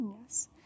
Yes